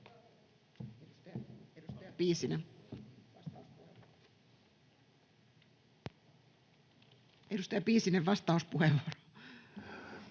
edustaja Piisinen, vastauspuheenvuoro.